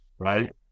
Right